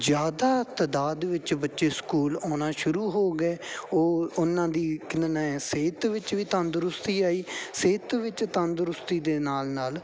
ਜ਼ਿਆਦਾ ਤਾਦਾਦ ਵਿੱਚ ਬੱਚੇ ਸਕੂਲ ਆਉਣਾ ਸ਼ੁਰੂ ਹੋ ਗਏ ਉਹ ਉਹਨਾਂ ਦੀ ਸਿਹਤ ਵਿੱਚ ਵੀ ਤੰਦਰੁਸਤੀ ਆਈ ਸਿਹਤ ਵਿੱਚ ਤੰਦਰੁਸਤੀ ਦੇ ਨਾਲ ਨਾਲ